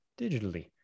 digitally